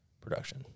production